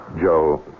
Joe